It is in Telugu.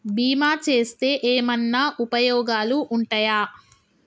బీమా చేస్తే ఏమన్నా ఉపయోగాలు ఉంటయా?